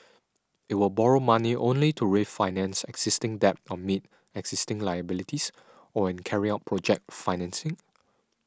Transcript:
it will borrow money only to refinance existing debt or meet existing liabilities or when carrying out project financing